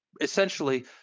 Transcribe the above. Essentially